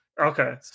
Okay